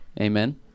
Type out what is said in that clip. amen